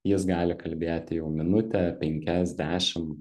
jis gali kalbėti jau minutę penkias dešim